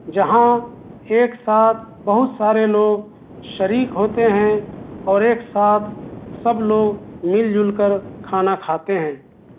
جہاں ایک ساتھ بہت سارے لوگ شریک ہوتے ہیں اور ایک ساتھ سب لوگ مل جل کر کھانا کھاتے ہیں